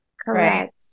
Correct